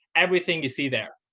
everything you see there.